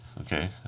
Okay